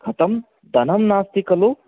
कथं धनं नास्ति खलु